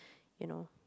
you know